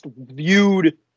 viewed